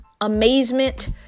amazement